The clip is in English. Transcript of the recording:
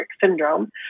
Syndrome